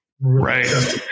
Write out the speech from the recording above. right